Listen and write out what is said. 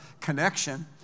connection